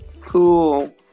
cool